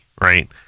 right